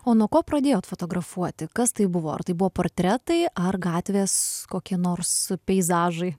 o nuo ko pradėjot fotografuoti kas tai buvo ar tai buvo portretai ar gatvės kokie nors peizažai